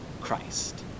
Christ